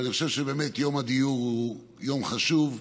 אבל אני חושב שבאמת יום הדיור הוא יום חשוב.